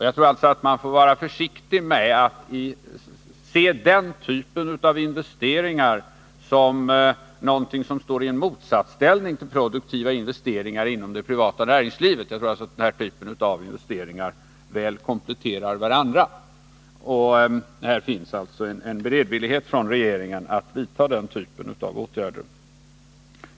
Man bör alltså vara försiktig med att se den typen av investeringar som någonting som står i motsatsställning till produktiva investeringar inom det privata näringslivet — dessa typer av investeringar kompletterar varandra väl. Det finns som sagt en beredvillighet i regeringen att vidta den typen av åtgärder.